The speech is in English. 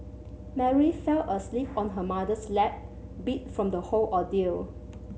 Mary fell asleep on her mother's lap beat from the whole ordeal